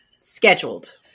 Scheduled